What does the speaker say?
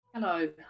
Hello